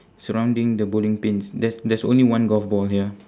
surrounding the bowling pins there's there's only one golf ball here